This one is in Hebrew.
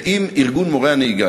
ואם ארגון מורי הנהיגה,